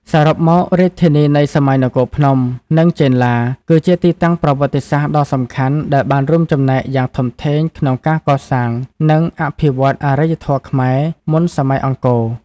សរុបមក រាជធានីនៃសម័យនគរភ្នំ និងចេនឡា គឺជាទីតាំងប្រវត្តិសាស្ត្រដ៏សំខាន់ដែលបានរួមចំណែកយ៉ាងធំធេងក្នុងការកសាង និងអភិវឌ្ឍអរិយធម៌ខ្មែរមុនសម័យអង្គរ។